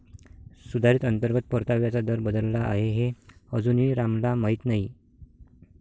सुधारित अंतर्गत परताव्याचा दर बदलला आहे हे अजूनही रामला माहीत नाही